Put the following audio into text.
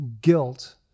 guilt